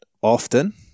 often